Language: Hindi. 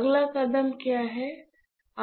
अगला कदम क्या है